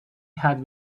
had